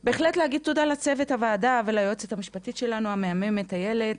תודה בהחלט לצוות הוועדה וליועצת המשפטית המהממת שלנו אילת,